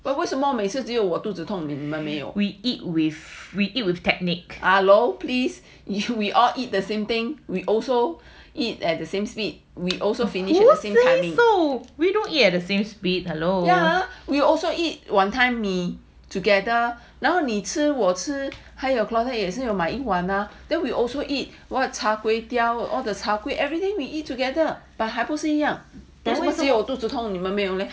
but 为什么每次只有我肚子痛 hello please you should we all eat the same thing we also eat at the same speed we also finished we also eat wanton mee together now 你吃我吃还有 cladet then we also eat what char kway teow we eat together but 还不是一样只有我肚子痛你们没有 leh